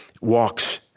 walks